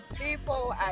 people